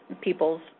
people's